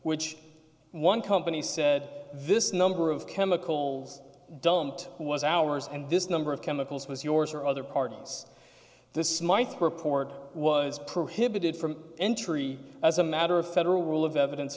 which one company said this number of chemicals dumped was hours and this number of chemicals was yours or other parts this might report was prohibited from entry as a matter of federal rule of evidence